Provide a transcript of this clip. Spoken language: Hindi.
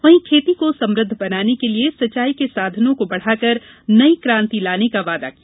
वहीं खेती को समुद्ध बनाने के लिये सिंचाई के साधनों को बढाकर नई क्रांति लाने का वादा किया